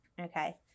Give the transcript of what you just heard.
okay